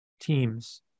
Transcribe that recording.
teams